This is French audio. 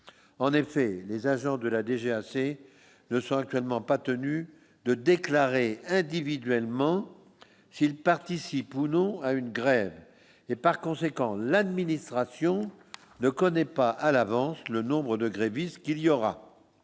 en effet, les agents de la DGAC ne sont actuellement pas tenue de déclarer individuellement s'il participe ou non à une grève et, par conséquent, l'administration ne connaît pas à l'avance le nombre de grévistes, qu'il y aura,